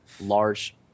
large